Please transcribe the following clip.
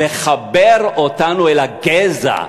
לחבר אותנו אל הגזע,